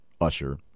Usher